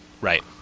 Right